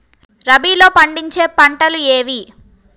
రబీలో పండించే పంటలు ఏవి?